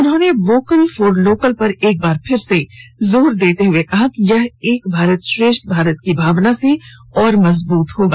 उन्होंने vocal for local पर एक बार फिर से जोर देते हुए कहा कि यह एक भारत श्रेष्ठ भारत की भावना से और मजबूत होगा